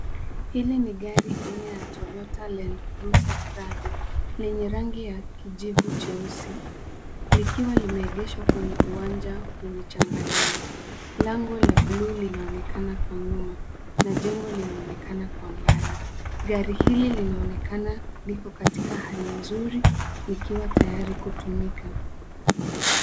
Hili ni gari aina ya Toyota Landcruiser Prado lenye rangi ya kijivu cheusi likiwa limeegeshwa kwenye uwanja wenye changarawe. Lango la bluu linaonekana kwa nyuma na jengo linaonekana kwa mbali. Gari hili linaonekana liko katika hali nzuri likiwa tayari kutumika.